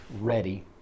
ready